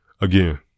again